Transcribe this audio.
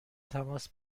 تماس